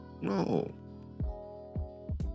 No